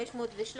513,